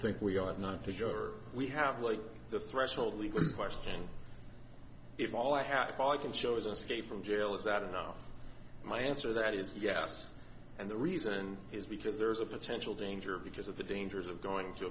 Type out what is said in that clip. think we ought not to jerk we have like the threshold legal question if all i have if i can show is a skate from jail is that enough my answer that is yes and the reason is because there is a potential danger because of the dangers of going to